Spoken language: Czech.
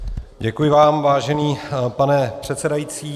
Děkuji vám, vážený pane předsedající.